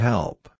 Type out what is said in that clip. Help